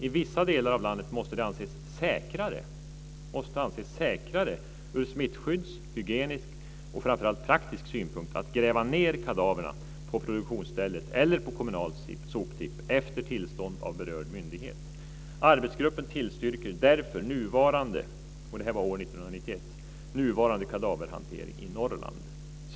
I vissa delar av landet måste det anses säkrare ur smittskyddssynpunkt, hygienisk synpunkt och framför allt praktisk synpunkt att gräva ned kadavren på produktionsstället eller på kommunal soptipp efter tillstånd av behörig myndighet. Arbetsgruppen tillstyrker därför nuvarande - det här var år 1991, för snart tio år sedan - kadaverhantering i Norrland.